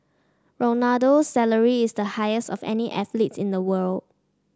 Ronaldo's salary is the highest of any athletes in the world